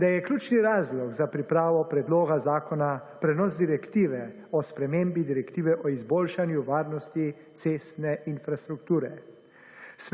da je ključni razlog za pripravo predloga zakona prenos direktive o spremembi direktive o izboljšanju varnosti cestne infrastrukture.